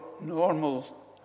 normal